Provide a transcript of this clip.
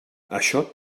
això